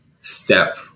step